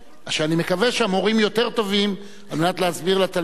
אני מקווה שהמורים יותר טובים על מנת להסביר לתלמידים,